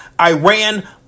Iran